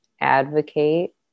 advocate